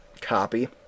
copy